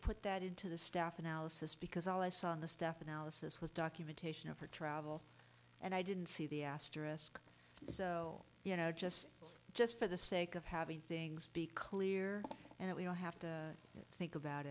put that into the staff analysis because all i saw in the staff analysis was documentation of her travel and i didn't see the asterisk you know just just for the sake of having things be clear and we don't have to think about